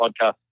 podcast